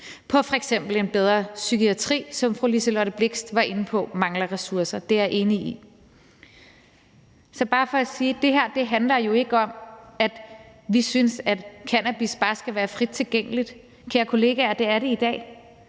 på f.eks. en bedre psykiatri, som fru Liselott Blixt var inde på mangler ressourcer. Det er jeg enig i. Så det er bare for at sige, at det her jo ikke handler om, at vi synes, at cannabis bare skal være frit tilgængeligt – kære kollegaer, det er det i dag